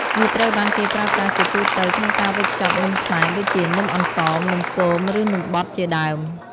វាត្រូវបានគេប្រើប្រាស់ជាទូទៅក្នុងការវេចខ្ចប់នំខ្មែរ ដូចជានំអន្សម នំគម ឬនំបត់ ជាដើម។